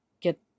get